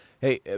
Hey